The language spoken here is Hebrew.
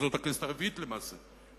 זאת הכנסת הרביעית למעשה,